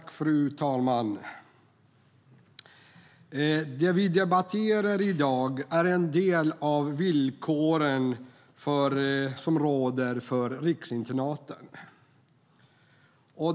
Fru talman! Det vi debatterar i dag är en del av de villkor som råder för riksinternaten.